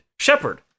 Shepard